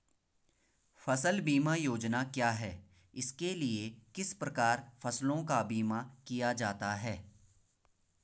फ़सल बीमा योजना क्या है इसके लिए किस प्रकार फसलों का बीमा किया जाता है?